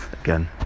again